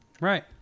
Right